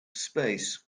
space